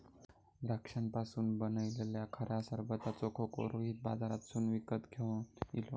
द्राक्षांपासून बनयलल्या खऱ्या सरबताचो खोको रोहित बाजारातसून विकत घेवन इलो